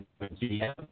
GM